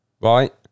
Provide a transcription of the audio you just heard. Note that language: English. right